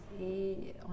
et